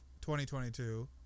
2022